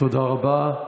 תודה רבה.